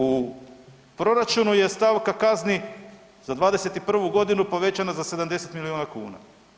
U proračunu je stavka kazni za '21.g. povećana za 70 milijuna kuna.